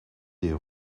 des